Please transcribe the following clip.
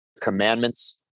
commandments